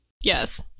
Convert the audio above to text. yes